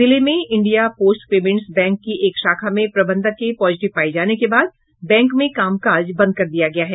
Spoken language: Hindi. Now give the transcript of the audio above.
जिले में इंडिया पोस्ट पेमेंट्स बैंक की एक शाखा में प्रबंधक के पॉजिटिव पाये जाने के बाद बैंक में काम काज बंद कर दिया गया है